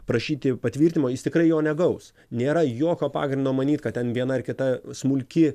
prašyti patvirtinimo jis tikrai jo negaus nėra jokio pagrindo manyt kad ten viena ar kita smulki